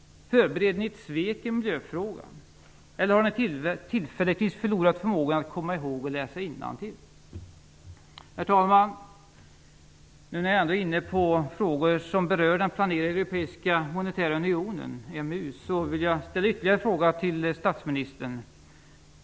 Förbereder ni ett svek i miljöfrågan? Eller har ni tillfälligtvis förlorat förmågan att komma ihåg och förmågan att läsa innantill? Herr talman! Nu när jag ändå är inne på frågor som berör den planerade europeiska monetära unionen, EMU, vill jag ställa ytterligare en fråga till finansministern.